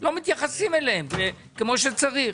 לא מתייחסים אליהם כמו שצריך.